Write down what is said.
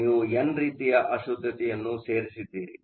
ಆದ್ದರಿಂದ ನೀವು ಎನ್ ರೀತಿಯ ಅಶುದ್ಧತೆಯನ್ನು ಸೇರಿಸಿದ್ದೀರಿ